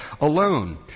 alone